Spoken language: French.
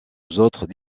autres